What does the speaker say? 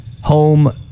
home